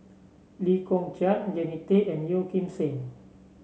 Lee Kong Chian Jannie Tay and Yeo Kim Seng